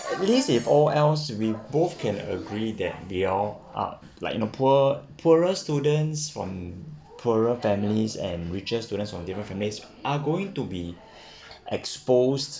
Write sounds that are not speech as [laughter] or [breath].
I believe if all else we both can agree that we are all up like y'know poor poorer students from poorer families and richer students from different families are going to be [breath] exposed